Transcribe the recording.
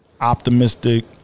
optimistic